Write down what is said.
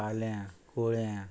काल्यां कुळ्यां